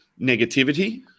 negativity